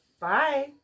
Bye